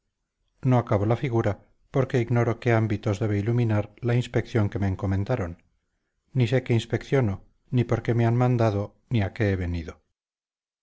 no acabo la figura porque ignoro qué ámbitos debe iluminar la inspección que me encomendaron ni sé qué inspecciono ni por qué me han mandado ni a qué he venido